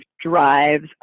drives